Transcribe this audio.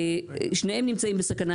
שניהם נמצאים בסכנה.